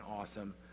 awesome